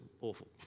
awful